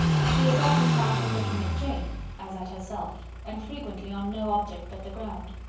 she as often found him looking at jane as at herself, and frequently on no object but the ground.